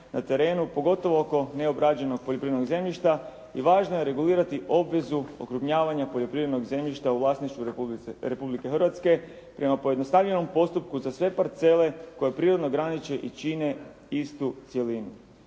na terenu, pogotovo oko neobrađenog poljoprivrednog zemljišta i važno je regulirati obvezu okrupnjavanja poljoprivrednog zemljišta u vlasništvu Republike Hrvatske prema pojednostavljenom postupku za sve parcele koje prirodno graniče i čine istu cjelinu.